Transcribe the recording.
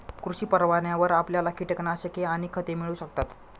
कृषी परवान्यावर आपल्याला कीटकनाशके आणि खते मिळू शकतात